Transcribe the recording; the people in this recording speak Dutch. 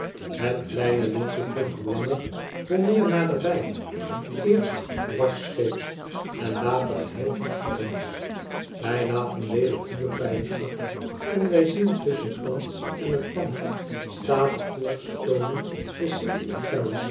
het kleine lichtje komt hoc langer hoe mcor naderbij eerst dwarsscheeps en later geheel achter ons wij laten weder vuurpijlen op en wij zien tusschen ons en het land statig voortstoomen de city of